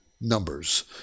numbers